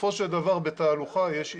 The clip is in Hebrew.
בסופו של דבר בתהלוכה יש איזונים.